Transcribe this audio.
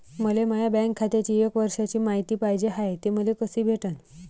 मले माया बँक खात्याची एक वर्षाची मायती पाहिजे हाय, ते मले कसी भेटनं?